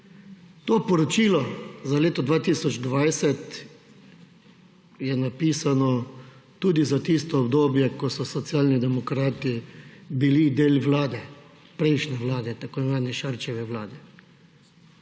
To poročilo za leto 2020 je napisano tudi za tisto obdobje, ko so Socialni demokrati bili del vlade, prejšnje vlade tako imenovane Šarčeve vlade.